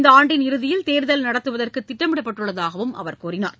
இந்த ஆண்டின் இறுதியில் தேர்தல் நடத்துவதற்கு திட்டமிடப்பட்டுள்ளதாக அவர் கூறினார்